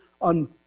on